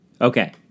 okay